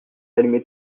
allumé